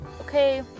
Okay